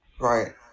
Right